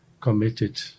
committed